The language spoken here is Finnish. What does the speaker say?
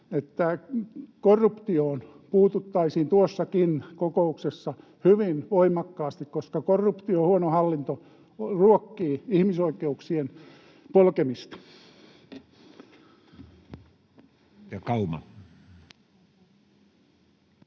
että korruptioon puututtaisiin tuossakin kokouksessa hyvin voimakkaasti, koska korruptio ja huono hallinto ruokkivat ihmisoikeuksien polkemista. [Speech